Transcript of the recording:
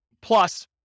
plus